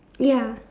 ya